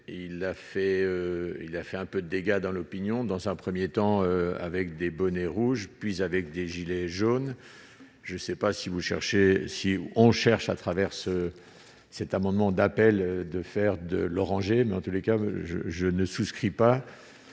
il a fait un peu de dégâts dans l'opinion, dans un 1er temps avec des bonnets rouges puis avec des gilets jaunes, je ne sais pas si vous cherchez si on cherche à travers ce cet amendement d'appel, de faire de l'orangé, mais en tous les cas je je ne souscris pas